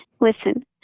listen